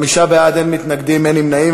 חמישה בעד, אין מתנגדים, אין נמנעים.